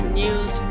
news